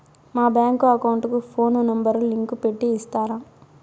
మా bank account కు phone number link పెట్టి ఇస్తారా?